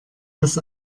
das